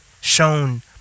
shown